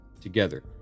together